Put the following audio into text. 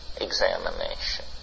examination